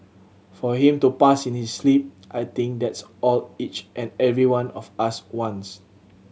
for him to pass in his sleep I think that's all each and every one of us wants